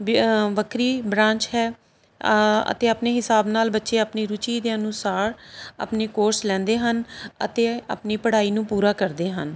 ਵੀ ਵੱਖਰੀ ਬ੍ਰਾਂਚ ਹੈ ਅਤੇ ਆਪਣੇ ਹਿਸਾਬ ਨਾਲ ਬੱਚੇ ਆਪਣੀ ਰੁਚੀ ਦੇ ਅਨੁਸਾਰ ਆਪਣੇ ਕੋਰਸ ਲੈਂਦੇ ਹਨ ਅਤੇ ਆਪਣੀ ਪੜ੍ਹਾਈ ਨੂੰ ਪੂਰਾ ਕਰਦੇ ਹਨ